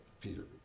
Peter